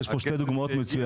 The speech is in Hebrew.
ויש פה שתי דוגמאות מצוינות.